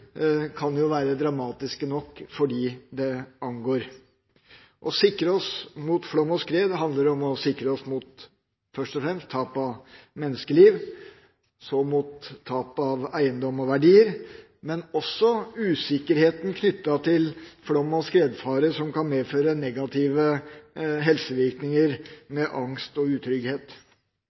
kan være dramatiske nok for dem det angår. Å sikre oss mot flom og skred handler først og fremst om å sikre oss mot tap av menneskeliv og tap av eiendom og verdier, men det handler også om usikkerheten knyttet til flom- og skredfare, som kan medføre negative helsevirkninger med angst og utrygghet.